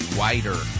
wider